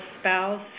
spouse